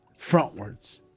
frontwards